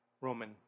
Roman